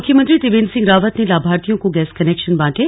मुख्यमंत्री त्रिवेंद्र सिंह रावत ने लाभार्थियों को गैस कनेक्शन बांटे